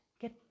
get